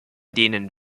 denen